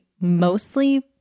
mostly